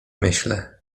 myślę